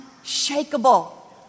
unshakable